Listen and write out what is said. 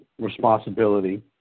responsibility